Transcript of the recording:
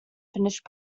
finished